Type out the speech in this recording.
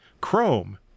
Chrome